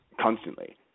constantly